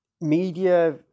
media